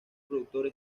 productor